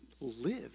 live